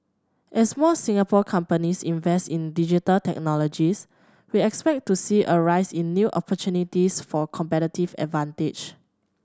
as more Singapore companies invest in Digital Technologies we expect to see a rise in new opportunities for competitive advantage